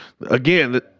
Again